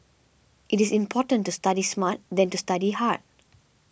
it is important to study smart than to study hard